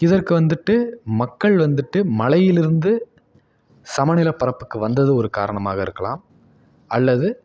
இதற்கு வந்துட்டு மக்கள் வந்துட்டு மலையிலிருந்து சம நிலப்பரப்புக்கு வந்தது ஒரு காரணமாக இருக்கலாம் அல்லது